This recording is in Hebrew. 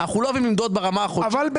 אנחנו לא אוהבים למדוד ברמה החודשית.